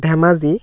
Dhemaji